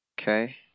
Okay